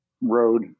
road